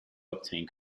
obtained